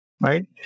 Right